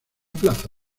plaza